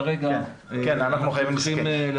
כרגע --- אנחנו חייבים לסכם,